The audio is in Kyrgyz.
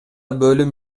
бөлүм